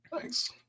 Thanks